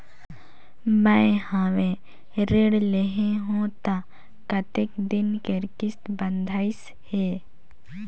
मैं हवे ऋण लेहे हों त कतेक दिन कर किस्त बंधाइस हे?